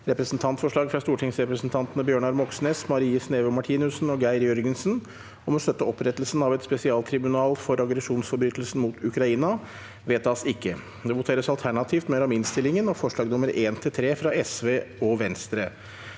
Representantforslag fra stortingsrepresentantene Bjørnar Moxnes, Marie Sneve Martinussen og Geir Jørgensen om å støtte opprettelsen av et spesialtribunal for aggresjonsforbrytelsen mot Ukraina – vedtas ikke. Presidenten: Det voteres alternativt mellom inn- stillingen og forslagene nr. 1–3, fra Sosialistisk